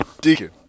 Deacon